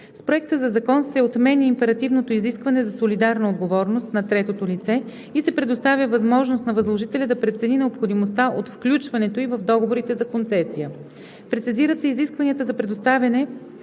С Проекта за закон се отменя императивното изискване за солидарна отговорност на третото лице и се предоставя възможност на възложителя да прецени необходимостта от включването ѝ в договорите за концесия. Прецизират се изискванията за предоставяне